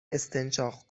استنشاق